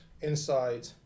inside